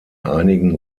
einigen